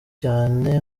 cyane